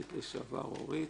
ח"כית לשעבר אורית,